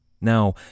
Now